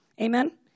Amen